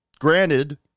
granted